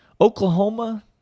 oklahoma